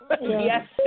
Yes